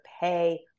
pay